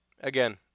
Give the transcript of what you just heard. again